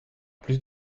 plus